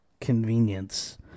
convenience